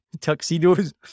tuxedos